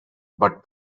but